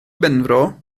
benfro